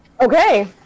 Okay